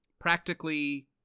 practically